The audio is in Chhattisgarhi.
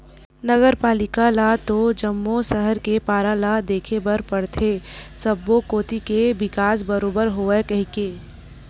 नगर पालिका ल तो जम्मो सहर के पारा ल देखे बर परथे सब्बो कोती के बिकास बरोबर होवय कहिके